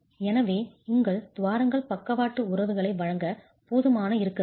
எனவே உங்கள் துவாரங்கள் பக்கவாட்டு உறவுகளை வழங்க போதுமானதாக இருக்க வேண்டும்